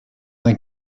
the